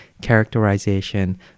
characterization